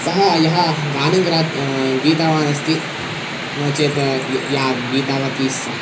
सः यः गानं ग्रामं गीतवान् अस्ति नो चेत् या गीतवती सा